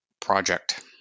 project